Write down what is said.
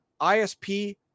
ISP